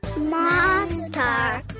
Monster